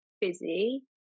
busy